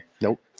Nope